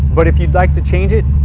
but if you would like to change it,